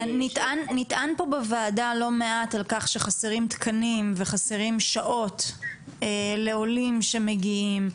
נטען פה בוועדה לא מעט על כך שחסרים תקנים וחסרות שעות לעולים שמגיעים.